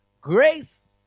grace